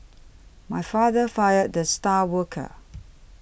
my father fired the star worker